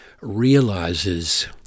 realizes